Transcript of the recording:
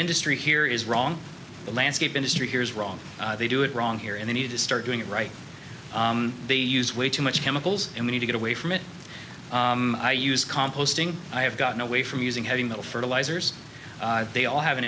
industry here is wrong the landscape industry here is wrong they do it wrong here and they need to start doing it right they use way too much chemicals and we need to get away from it i use composting i have gotten away from using heavy metal fertilizers they all have an